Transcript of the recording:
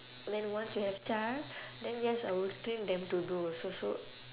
then once you have child then yes I will train them to do also so